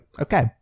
okay